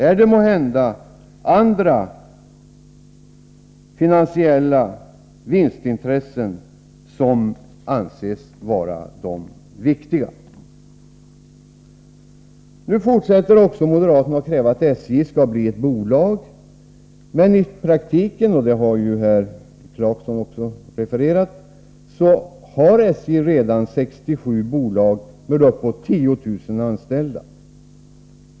Är det måhända andra vinstintressen som anses viktigast? Nu kräver moderaterna också att SJ skall bli ett bolag, men i praktiken — och det har ju också framhållits av Rolf Clarkson — har SJ redan 67 bolag med bortåt 10 000 anställda.